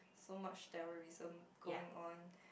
so much terrorism going on